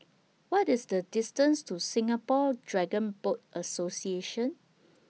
What IS The distance to Singapore Dragon Boat Association